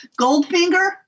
Goldfinger